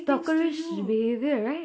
stalker-ish behaviour right